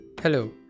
Hello